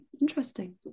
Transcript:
Interesting